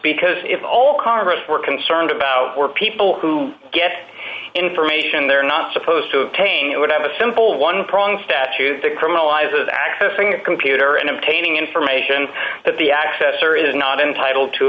because if all congress were concerned about where people who get information they're not supposed to obtain it would have a simple one prong statute that criminalizes accessing a computer and obtaining information that the access or is not entitled to